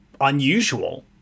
unusual